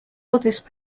oldest